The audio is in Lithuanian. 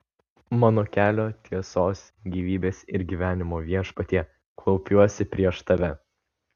mano kelio tiesos gyvybės ir gyvenimo viešpatie klaupiuosi prieš tave